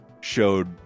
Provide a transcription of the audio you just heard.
showed